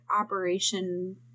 operation